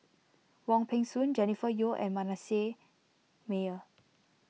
Wong Peng Soon Jennifer Yeo and Manasseh Meyer